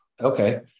Okay